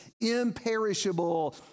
imperishable